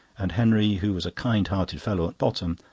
and henry, who was a kind-hearted fellow at bottom,